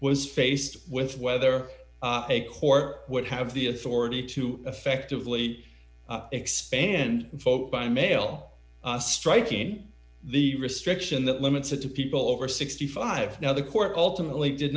was faced with whether a court would have the authority to effectively expand vote by mail striking the restriction that limits it to people over sixty five now the court ultimately did